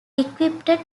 equipped